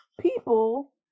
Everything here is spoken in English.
people